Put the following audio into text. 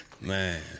Man